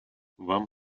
вам